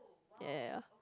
ya